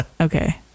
okay